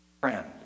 Friend